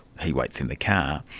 he waits in the car.